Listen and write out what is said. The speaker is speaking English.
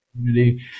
community